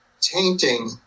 tainting